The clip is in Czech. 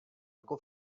jako